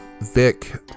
Vic